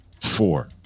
four